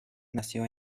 nació